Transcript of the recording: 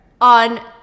on